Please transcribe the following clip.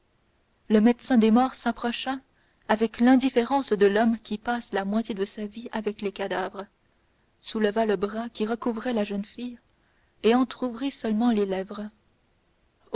le médecin des morts s'approcha avec l'indifférence de l'homme qui passe la moitié de sa vie avec les cadavres souleva le drap qui recouvrait la jeune fille et entrouvrit seulement les lèvres